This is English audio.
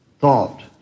thought